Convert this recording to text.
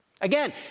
Again